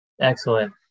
Excellent